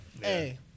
Hey